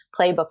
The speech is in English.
playbook